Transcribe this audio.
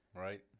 Right